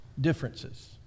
differences